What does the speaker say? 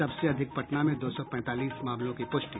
सबसे अधिक पटना में दो सौ पैंतालीस मामलों की प्रष्टि